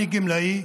אני גמלאי,